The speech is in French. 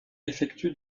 effectue